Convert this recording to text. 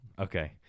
Okay